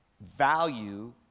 value